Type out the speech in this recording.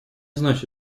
значит